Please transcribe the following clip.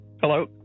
Hello